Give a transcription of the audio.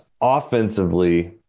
offensively